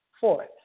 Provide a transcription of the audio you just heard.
Fourth